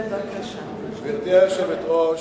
גברתי היושבת-ראש,